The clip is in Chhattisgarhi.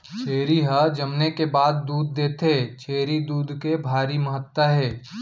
छेरी हर जनमे के बाद दूद देथे, छेरी दूद के भारी महत्ता हे